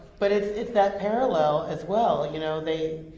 but it's it's that parallel as well, you know, they.